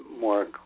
more